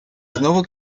znowu